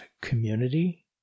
community